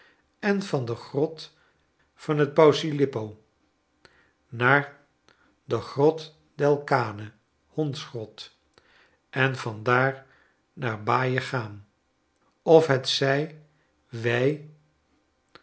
en van de grot van den pausilipo naar de grot del cane hondsgrot en van daar naar baiae gaan of hetzij wij